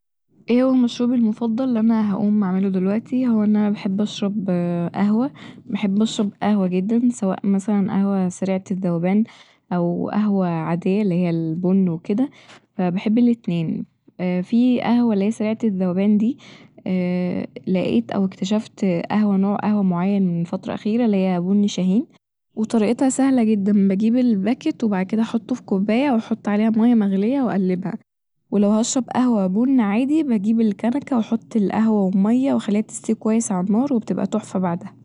ايه هو المشروب المفضل الل أنا هقوم أعمله دلوقتي هو أنا بحب اشرب قهوة بحب اشرب قهوة جدا سواء مثلا قهوة سريعة الذوبان او قهوة عادية الل هي البن وكده فبحب الاتنين ، في القهوة الل هي سريعة الذوبان دي لقيت او اكتشفت قهوة نوع قهوة معين ف الفترة الاخيرة الل هي بن شاهين وطريقتها سهلة جدا بجيب الباكيت وبعد كده احطه ف كوباية واحط عليها مية مغلية وأقلبها ولو هشرب قهوة بن عادي بجيب الكنكة وأحط القهوة والمية واخليها تستوى كويس ع النار وبتبقى تحفة بعدها